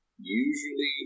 Usually